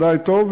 ודאי טוב,